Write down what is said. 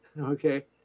Okay